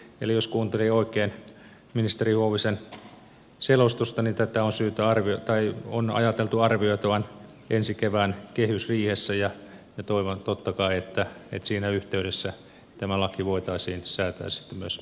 jos kuuntelin oikein ministeri huovisen selostusta niin tätä on ajateltu arvioitavan ensi kevään kehysriihessä ja toivon totta kai että siinä yhteydessä tämä laki voitaisiin säätää pysyväksi